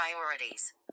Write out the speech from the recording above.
priorities